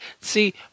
See